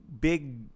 big